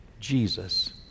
Jesus